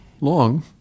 Long